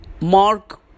mark